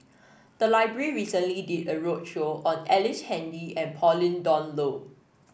the library recently did a roadshow on Ellice Handy and Pauline Dawn Loh